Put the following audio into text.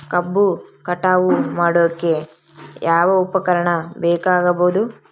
ಕಬ್ಬು ಕಟಾವು ಮಾಡೋಕೆ ಯಾವ ಉಪಕರಣ ಬೇಕಾಗಬಹುದು?